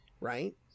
right